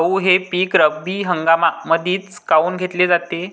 गहू हे पिक रब्बी हंगामामंदीच काऊन घेतले जाते?